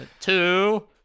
Two